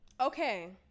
Okay